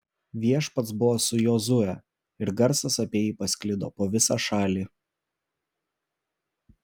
viešpats buvo su jozue ir garsas apie jį pasklido po visą šalį